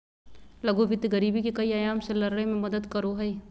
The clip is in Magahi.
लघु वित्त गरीबी के कई आयाम से लड़य में मदद करो हइ